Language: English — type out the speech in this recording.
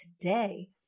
today